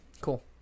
cool